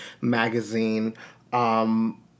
magazine